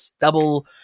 double